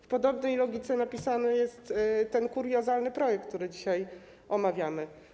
W podobnej logice napisany jest ten kuriozalny projekt, który dzisiaj omawiamy.